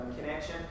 connection